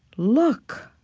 look.